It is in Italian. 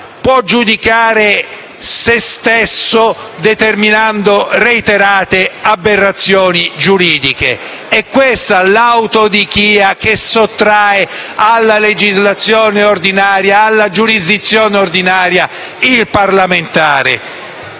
può giudicare se stesso, determinando reiterate aberrazioni giuridiche. È questa l'autodichia, che sottrae alla giurisdizione ordinaria il parlamentare.